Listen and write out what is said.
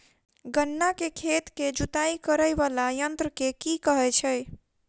गन्ना केँ खेत केँ जुताई करै वला यंत्र केँ की कहय छै?